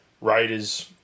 Raiders